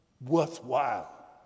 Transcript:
worthwhile